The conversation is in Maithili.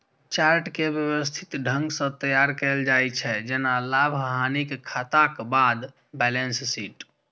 चार्ट कें व्यवस्थित ढंग सं तैयार कैल जाइ छै, जेना लाभ, हानिक खाताक बाद बैलेंस शीट